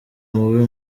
mubi